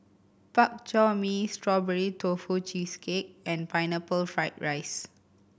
Bak Chor Mee Strawberry Tofu Cheesecake and Pineapple Fried rice